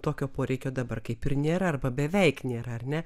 tokio poreikio dabar kaip ir nėra arba beveik nėra ar ne